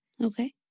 Okay